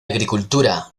agricultura